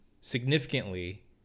significantly